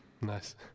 nice